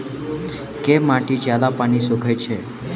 केँ माटि जियादा पानि सोखय छै?